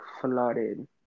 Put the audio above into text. flooded